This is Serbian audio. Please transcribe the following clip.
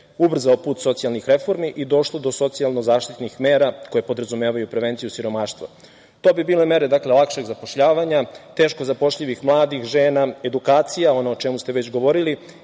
ubrzao put socijalnih reformi i došlo do socijalno-zaštitnih mera koje podrazumevaju prevenciju siromaštva. To bi bile mere lakšeg zapošljavanja, teško zapošljivih, mladih, žena, edukacija, ono o čemu ste već govorili